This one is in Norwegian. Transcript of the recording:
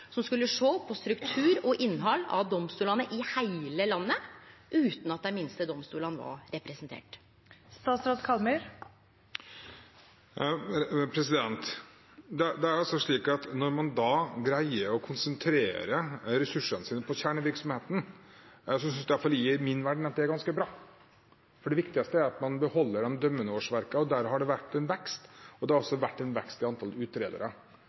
som skulle sjå på struktur og innhald i domstolane i heile landet, utan at dei minste domstolane var representerte? Når man greier å konsentrere ressursene sine om kjernevirksomheten, er det iallfall i min verden ganske bra. Det viktigste er at de beholder de dømmende årsverkene, og der har det vært en vekst. Det har også vært en vekst i antall utredere.